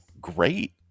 great